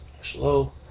Slow